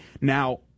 Now